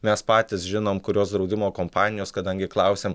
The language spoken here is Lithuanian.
mes patys žinom kurios draudimo kompanijos kadangi klausiam